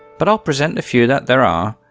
but i'll present the few that there are,